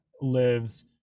lives